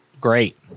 Great